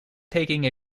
taking